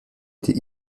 été